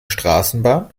straßenbahn